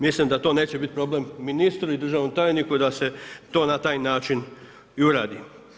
Mislim da to neće biti problem ministru i državnom tajniku da se to na taj način i uradi.